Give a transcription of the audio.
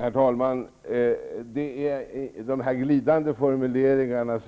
Herr talman! De här glidande formuleringarna